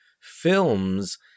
films